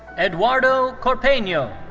eduardo corpeno.